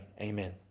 amen